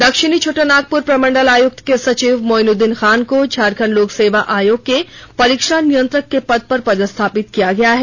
दक्षिणी छोटानागपुर प्रमंडल आयुक्त के सचिव मोईनउदीन खान को झारखंड लोक सेवा आयोग के परीक्षा नियंत्रक के पद पर पदस्थापित किया है